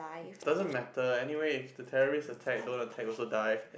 doesn't matter anyway if the terrorists attack don't attack also die